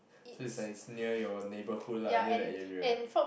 so is like is near your neighborhood lah near the area